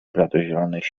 bladozielonych